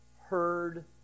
heard